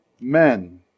men